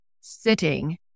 sitting